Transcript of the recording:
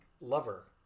lover